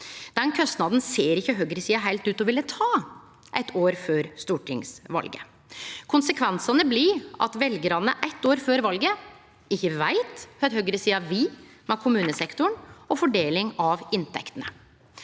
Den kostnaden ser ikkje høgresida heilt ut til å ville ta, eitt år før stortingsvalet. Konsekvensane blir at veljarane eitt år før valet ikkje veit kva høgresida vil med kommunesektoren og fordeling av inntektene.